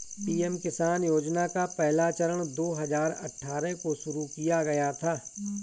PM किसान योजना का पहला चरण दो हज़ार अठ्ठारह को शुरू किया गया था